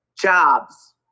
jobs